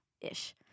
ish